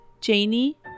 Janie